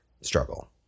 struggle